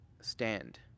stand